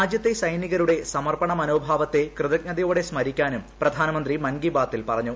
രാജ്യത്തെ സൈനികരുടെ സമർപ്പണ മനോഭാവത്തെ കൃതജ്ഞതയോടെ സ്മരിക്കാനും പ്രധാനമന്ത്രി മൻകി ബാത്തിൽ പറഞ്ഞു